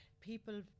people